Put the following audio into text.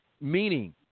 meaning